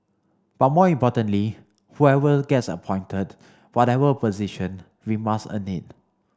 but more importantly whoever gets appointed whatever position we must earn it